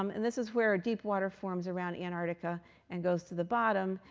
um and this is where a deep water forms around antarctica and goes to the bottom.